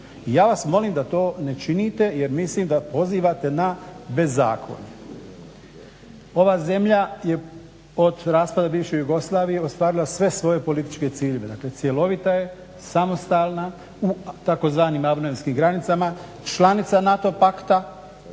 ja vas molim da to ne činite jer mislim da pozivate na bezakonje. Ova zemlja je od raspada bivše Jugoslavije ostvarila sve svoje političke ciljeve, dakle cjelovita je, samostalna u tzv. abnormalnim granicama, članica NATO pakta